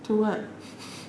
so what